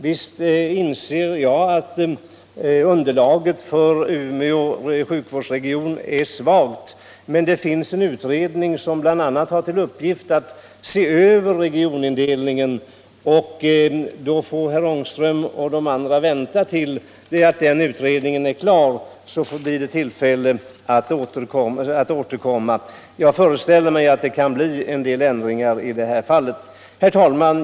Visst inser jag att underlaget för Umeå sjuk vårdsregion är svagt. Men det finns en utredning som bl.a. har till uppgift att se över regionindelningen, och då får herr Ångström och andra vänta tills den utredningen är klar. Då blir det tillfälle att återkomma. Jag föreställer mig att det kan bli en del ändringar i det här fallet. Herr talman!